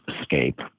escape